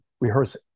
rehearse